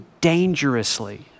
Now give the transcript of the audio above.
dangerously